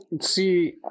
See